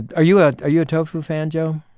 are you ah you a tofu fan, joe?